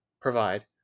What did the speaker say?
provide